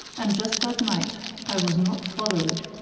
and just that night i was not followed!